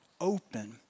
open